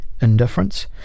indifference